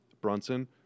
Brunson